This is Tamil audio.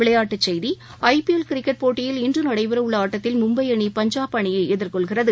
விளையாட்டுச் செய்திகள் ஐ பி எல் கிரிக்கெட் போட்டியில் இன்று நடைபெறவுள்ள ஆட்டத்தில் மும்பை அணி பஞ்சாப் அணியை எதிர்கொள்கிறது